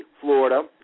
Florida